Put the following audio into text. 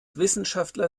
wissenschaftler